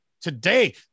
today